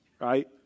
right